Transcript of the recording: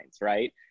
right